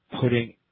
putting